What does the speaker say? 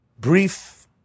brief